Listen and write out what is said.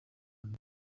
phone